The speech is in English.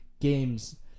games